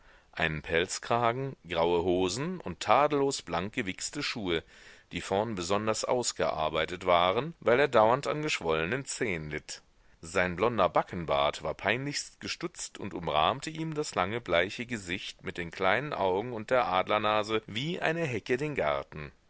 einen pelzkragen graue hosen und tadellos blankgewichste schuhe die vorn besonders ausgearbeitet waren weil er dauernd an geschwollenen zehen litt sein blonder backenbart war peinlichst gestutzt und umrahmte ihm das lange bleiche gesicht mit den kleinen augen und der adlernase wie eine hecke den garten